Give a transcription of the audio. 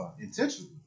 intentionally